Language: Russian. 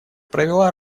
провела